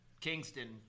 kingston